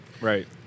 Right